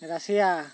Russia